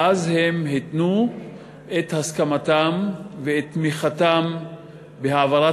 והם התנו את הסכמתם ואת תמיכתם בהעברת